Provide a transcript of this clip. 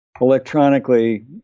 electronically